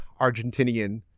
Argentinian